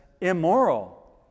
immoral